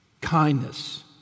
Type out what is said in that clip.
kindness